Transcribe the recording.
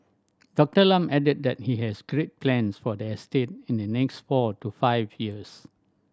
Doctor Lam added that he has great plans for the estate in the next four to five years